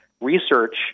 research